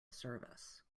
service